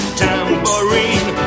tambourine